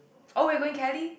oh we are going Cali